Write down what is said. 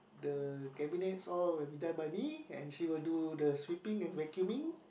the cabinets all is done by me and she will do the sweeping and vacuuming